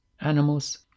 animals